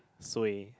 suay